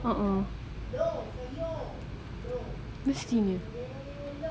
uh uh mestinya